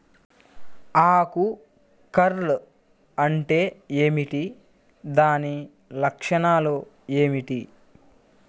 ఆకు కర్ల్ అంటే ఏమిటి? దాని లక్షణాలు ఏమిటి?